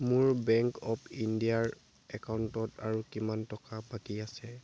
মোৰ bank of ইণ্ডিয়াৰ একাউণ্টত আৰু কিমান টকা বাকী আছে